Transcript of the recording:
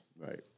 right